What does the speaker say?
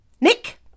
Nick